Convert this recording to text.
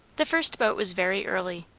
the first boat was very early.